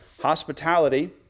hospitality